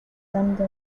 tanto